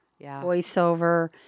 voiceover